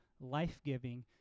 life-giving